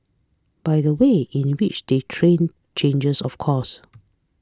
but the way in which they trained changes of course